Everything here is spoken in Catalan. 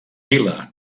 vila